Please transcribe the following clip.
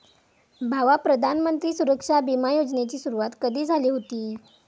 भावा, प्रधानमंत्री सुरक्षा बिमा योजनेची सुरुवात कधी झाली हुती